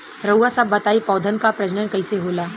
रउआ सभ बताई पौधन क प्रजनन कईसे होला?